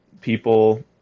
people